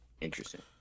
Interesting